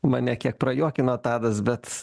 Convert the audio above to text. mane kiek prajuokino tadas bet